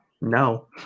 no